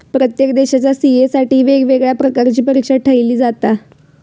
प्रत्येक देशाच्या सी.ए साठी वेगवेगळ्या प्रकारची परीक्षा ठेयली जाता